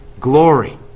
glory